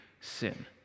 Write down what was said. sin